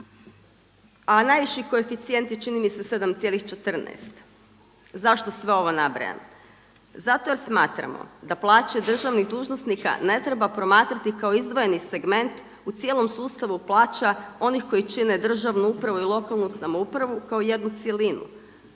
a najviši koeficijent je čini mi se 7,14. Zašto sve ovo nabrajam? Zato jer smatramo da plaće državnih dužnosnika ne treba promatrati kao izdvojeni segment u cijelom sustavu plaća onih koji čine državnu upravu i lokalnu samoupravu kao jednu cjelinu